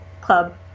Club